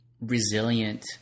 resilient